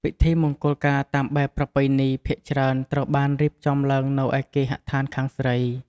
ពិធីមង្គលការតាមបែបប្រពៃណីភាគច្រើនត្រូវបានរៀបចំឡើងនៅឯគេហដ្ឋានខាងស្រី។